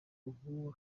ubu